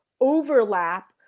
overlap